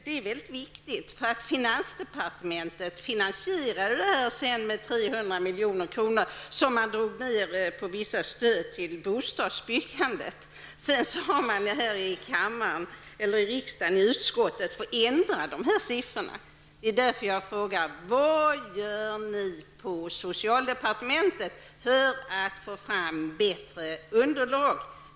Det är väldigt viktigt -- finansdepartementet finansierade ju sedan det här beslutet med 300 milj.kr., som man drog ned vissa stöd till bostadsbyggandet med. Sedan har man i utskotten fått ändra de siffrorna. Det är därför jag frågor: Vad gör ni på socialdepartementet för att få fram bättre underlag?